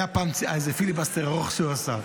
היה פעם פיליבסטר ארוך שהוא עשה.